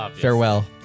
Farewell